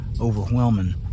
overwhelming